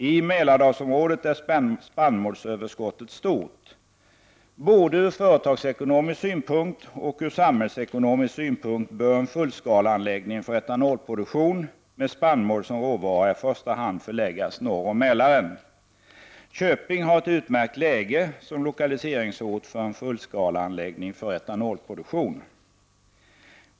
I Mälardalsområdet är spannmålsöverskottet stort. Både ur företagsekonomisk synpunkt och ur samhällsekonomisk synpunkt bör en fullskaleanläggning för etanolproduktion med spannmål som råvara i första hand förläggas norr om Mälaren. Köping har ett utmärkt läge som lokaliseringsort för en fullskaleanläggning för etanolproduktion.